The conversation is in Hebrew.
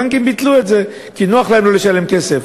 הבנקים ביטלו את זה כי נוח להם לא לשלם כסף.